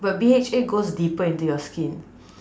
but B_H_A goes deeper into your skin